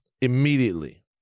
immediately